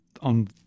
on